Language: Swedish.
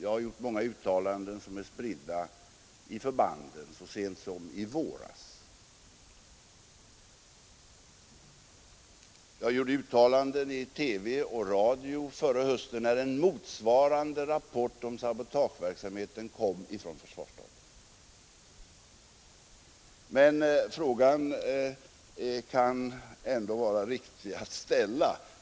Jag har gjort många uttalanden — delvis så sent som i våras — som är spridda vid förbanden. Jag gjorde uttalanden i TV och radio förra hösten när en motsvarande rapport om sabotageverksamheten kom från försvarsstaben. Men frågan kan ändå vara riktig att ställa.